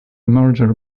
merger